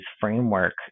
framework